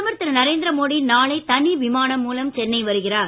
பிரதமர் திரு நரேந்திரமோடி நாளை தனி விமானம் மூலம் சென்னை வருகிறார்